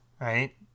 right